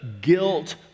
guilt